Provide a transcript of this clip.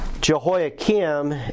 Jehoiakim